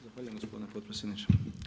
Zahvaljujem gospodine potpredsjedniče.